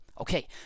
Okay